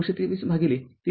९२३ भागिले ३